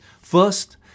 First